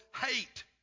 hate